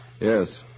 Yes